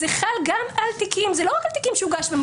זה חל לא רק על תיקים שהוגש בהם,